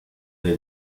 dei